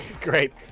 Great